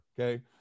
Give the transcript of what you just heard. okay